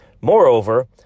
Moreover